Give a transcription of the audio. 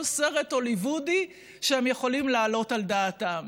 סרט הוליוודי שהם יכולים להעלות על דעתם.